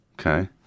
okay